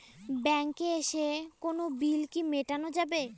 ব্যাংকে এসে কোনো বিল কি মেটানো যাবে?